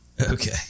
Okay